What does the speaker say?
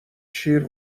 شیر